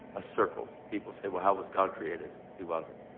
a circle. people say how was god created? he wasn't.